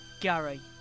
Gary